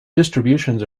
distributions